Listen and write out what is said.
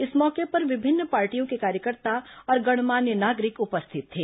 इस मौके पर विभिन्न पार्टियों के कार्यकर्ता और गणमान्य नागरिक उपस्थित थे